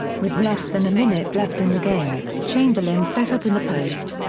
with less than a minute left in the game, chamberlain set up in the post.